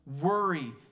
Worry